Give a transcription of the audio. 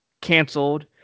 canceled